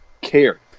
care